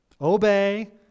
obey